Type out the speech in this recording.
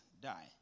die